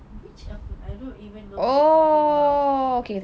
witch apa I don't even know what you're talking about